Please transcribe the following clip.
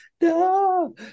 no